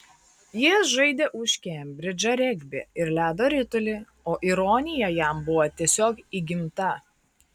jis žaidė už kembridžą regbį ir ledo ritulį o ironija jam buvo tiesiog įgimta